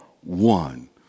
one